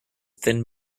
thin